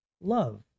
love